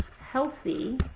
healthy